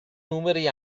numeri